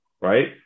right